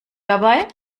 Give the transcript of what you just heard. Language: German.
dabei